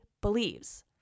believes